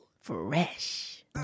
Fresh